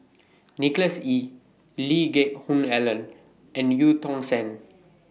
Nicholas Ee Lee Geck Hoon Ellen and EU Tong Sen